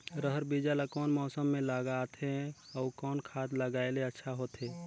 रहर बीजा ला कौन मौसम मे लगाथे अउ कौन खाद लगायेले अच्छा होथे?